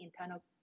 internal